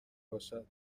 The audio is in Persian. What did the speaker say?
باشد